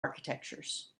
architectures